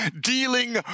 Dealing